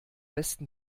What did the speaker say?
besten